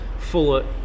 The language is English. Fuller